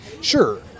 sure